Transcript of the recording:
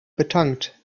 betankt